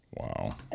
Wow